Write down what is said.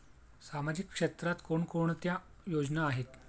सामाजिक क्षेत्रात कोणकोणत्या योजना आहेत?